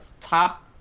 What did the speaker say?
top